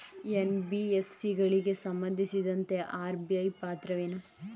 NBFC ಗಳಿಗೆ ಸಂಬಂಧಿಸಿದಂತೆ RBI ಪಾತ್ರವೇನು?